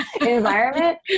environment